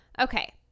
Okay